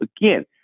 again